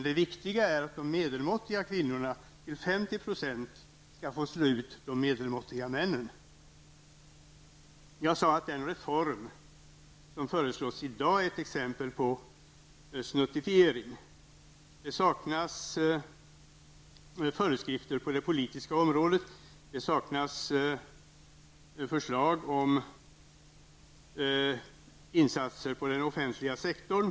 Det viktiga är att de medelmåttiga kvinnorna till 50 % får slå ut de medelmåttiga männen. Jag sade att den reform som i dag föreslås är ett exempel på snuttifiering. Det saknas föreskrifter på det politiska området, det saknas förslag om insatser inom den offentliga sektorn.